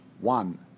one